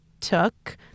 took